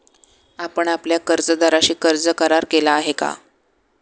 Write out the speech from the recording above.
आपण आपल्या कर्जदाराशी कर्ज करार केला आहे का?